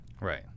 Right